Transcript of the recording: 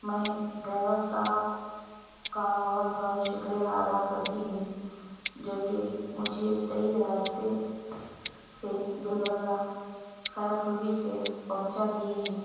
میں ڈرائیور صاحب کا بہت بہت شکریہ ادا کرتی ہوں جو کہ مجھے صحیح راستے سے گلبرگہ خیر خوبی سے پہنچا دیے ہیں